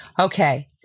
Okay